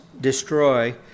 destroy